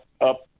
up